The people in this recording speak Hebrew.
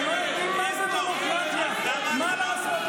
אתם לא יודעים מה זאת דמוקרטיה, מה לעשות?